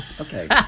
okay